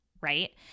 right